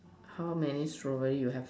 how many strawberry you have